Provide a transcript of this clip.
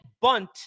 bunt